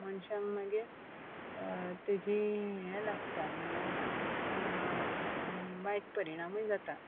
मनशांक मागीर तेजी हें लागता म्हळ्यार वायट परिणामूय जाता